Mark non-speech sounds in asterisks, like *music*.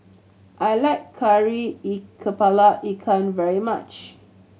I like kari *unintelligible* kepala ikan very much